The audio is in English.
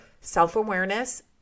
Self-awareness